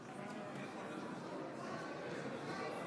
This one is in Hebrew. מזכיר הכנסת,